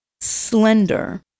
slender